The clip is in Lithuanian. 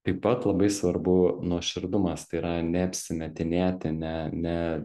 taip pat labai svarbu nuoširdumas tai yra neapsimetinėti ne ne